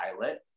pilot